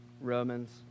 Romans